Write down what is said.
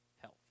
Health